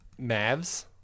Mavs